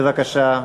בבקשה.